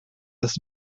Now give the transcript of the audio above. das